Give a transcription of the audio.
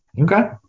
okay